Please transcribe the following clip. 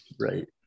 right